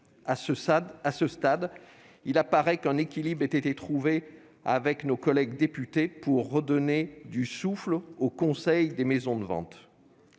À ce stade, il apparaît qu'un équilibre a été trouvé avec nos collègues députés pour redonner du souffle au Conseil des maisons de vente.